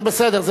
זה בסדר.